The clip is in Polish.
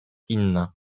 inna